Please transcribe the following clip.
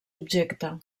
objecte